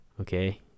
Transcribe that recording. okay